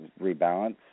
rebalance